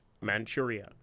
Manchuria